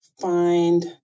find